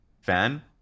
fan